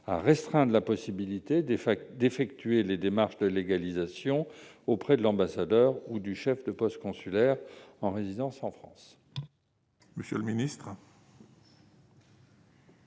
à restreindre la possibilité d'effectuer les démarches de légalisation auprès de l'ambassadeur ou du chef de poste consulaire en résidence en France. La parole est